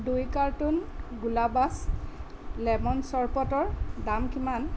দুই কাৰ্টন গুলাব্ছ লেমন চৰ্বটৰ দাম কিমান